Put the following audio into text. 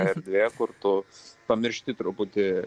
erdvė kur tu pamiršti truputį